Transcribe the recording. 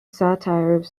satire